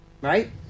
Right